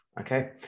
okay